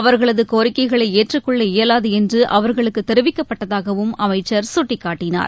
அவர்களது கோரிக்கைகளை ஏற்றுக் கொள்ள இயலாது என்று அவர்களுக்கு தெரிவிக்கப்பட்டதாகவும் அமைச்சர் சுட்டிக்காட்டினார்